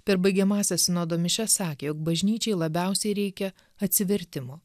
per baigiamąsias sinodo mišias sakė jog bažnyčiai labiausiai reikia atsivertimo